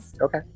Okay